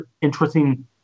interesting